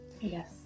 Yes